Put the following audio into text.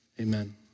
Amen